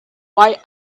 why